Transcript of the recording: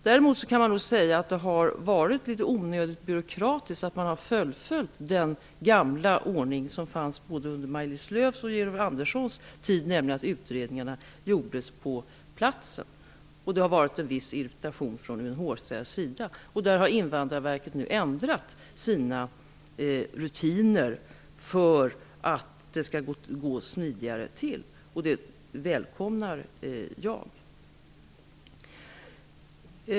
Däremot kan man nog säga att det har varit litet onödigt byråkratiskt när man har fullföljt den gamla ordning som fanns under både Maj-Lis Lööws och Georg Anderssons tid, nämligen att utredningarna gjordes på platsen. Det har varit en viss irritation från UNHCR:s sida över detta. Där har Invandrarverket nu ändrat sina rutiner för att det skall gå smidigare, och det välkomnar jag.